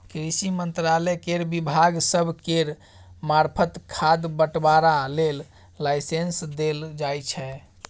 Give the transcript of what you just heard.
कृषि मंत्रालय केर विभाग सब केर मार्फत खाद बंटवारा लेल लाइसेंस देल जाइ छै